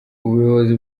ubuyobozi